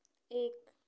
एक